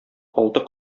алты